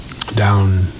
down